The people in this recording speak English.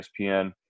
ESPN